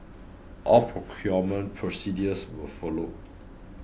all procurement procedures were followed